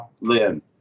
Lynn